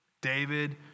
David